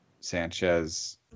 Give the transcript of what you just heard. Sanchez